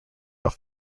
off